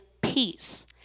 peace